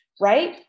right